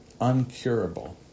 uncurable